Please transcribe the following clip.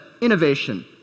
innovation